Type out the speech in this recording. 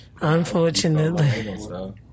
unfortunately